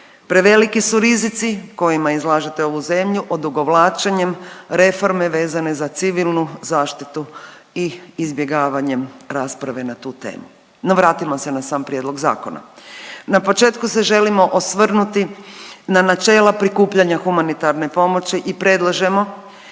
Preveliki su rizici kojima izlažete ovu zemlju odugovlačenjem reforme vezane za civilnu zaštitu i izbjegavanjem rasprave na tu temu. No, vratimo se na sam prijedlog zakona. Na početku se želimo osvrnuti na načela prikupljanja humanitarne pomoći i predlažemo